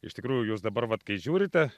iš tikrųjų jūs dabar vat kai žiūrite